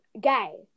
Gay